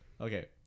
Okay